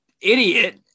idiot